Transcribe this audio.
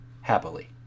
happily